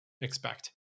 expect